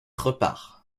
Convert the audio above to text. repart